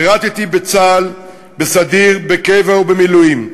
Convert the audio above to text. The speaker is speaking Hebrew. שירתי בצה"ל בסדיר, בקבע ובמילואים.